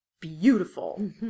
beautiful